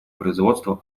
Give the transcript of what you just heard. производство